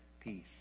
peace